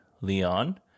Leon